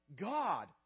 God